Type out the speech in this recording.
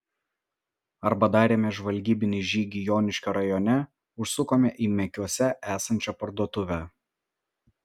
arba darėme žvalgybinį žygį joniškio rajone užsukome į mekiuose esančią parduotuvę